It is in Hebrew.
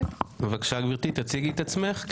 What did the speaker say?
בבקשה גברתי תציגי את עצמך.